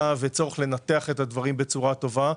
וצורך לנתח את הדברים בצורה טובה.